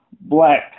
black